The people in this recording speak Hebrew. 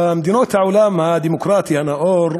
במדינות העולם הדמוקרטי הנאור,